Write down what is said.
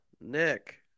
Nick